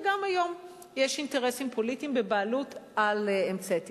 וגם כיום יש אינטרסים פוליטיים בבעלות על אמצעי תקשורת.